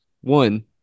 One